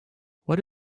what